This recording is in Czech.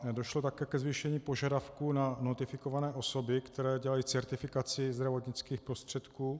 Došlo také ke zvýšení požadavků na notifikované osoby, které dělají certifikaci zdravotnických prostředků.